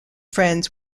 friends